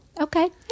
okay